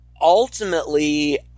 ultimately